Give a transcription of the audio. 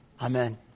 amen